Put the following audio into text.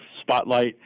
spotlight